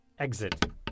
Exit